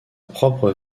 propre